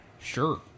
Sure